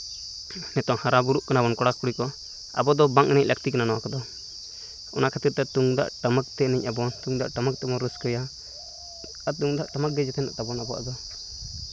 ᱱᱤᱛᱚᱝ ᱦᱟᱨᱟᱼᱵᱩᱨᱩᱜ ᱠᱟᱱᱟ ᱵᱚᱱ ᱠᱚᱲᱟᱼᱠᱩᱲᱤ ᱠᱚ ᱟᱵᱚ ᱫᱚ ᱵᱟᱝ ᱮᱱᱮᱡ ᱞᱟᱹᱠᱛᱤ ᱠᱟᱱᱟ ᱱᱚᱣᱟ ᱠᱚᱫᱚ ᱚᱱᱟ ᱠᱷᱟᱹᱛᱤᱨ ᱛᱮ ᱛᱩᱢᱫᱟᱹᱜ ᱴᱟᱢᱟᱠ ᱛᱮ ᱮᱱᱮᱡ ᱟᱵᱚᱱ ᱛᱩᱢᱫᱟᱹᱜ ᱴᱟᱢᱟᱠ ᱛᱮ ᱨᱟᱹᱥᱠᱟᱹᱭᱟ ᱟᱨ ᱛᱩᱢᱫᱟᱹᱜ ᱴᱟᱢᱟᱠ ᱜᱮ ᱡᱮᱛᱮᱭᱟᱜ ᱛᱟᱵᱚᱱ ᱟᱵᱚᱣᱟᱜ ᱫᱚ